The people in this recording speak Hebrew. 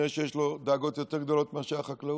כנראה שיש לו דאגות יותר גדולות מאשר החקלאות.